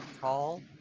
tall